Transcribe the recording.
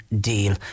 deal